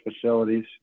facilities